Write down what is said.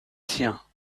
siens